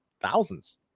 thousands